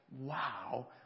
wow